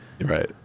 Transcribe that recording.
Right